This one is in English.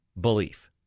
belief